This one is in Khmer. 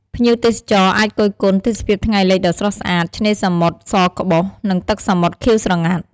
ភ្ញៀវទេសចរអាចគយគន់ ទេសភាពថ្ងៃលិចដ៏ស្រស់ស្អាត ឆ្នេរសមុទ្រសក្បុស និងទឹកសមុទ្រខៀវស្រងាត់។